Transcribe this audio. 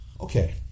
Okay